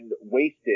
wasted